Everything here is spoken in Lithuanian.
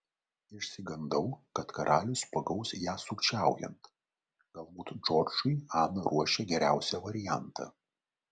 išsigandau kad karalius pagaus ją sukčiaujant galbūt džordžui ana ruošė geriausią variantą